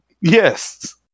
Yes